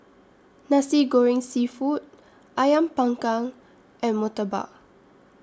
Nasi Goreng Seafood Ayam Panggang and Murtabak